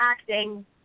acting